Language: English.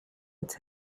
its